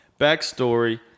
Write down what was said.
backstory